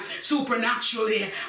supernaturally